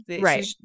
Right